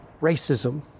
racism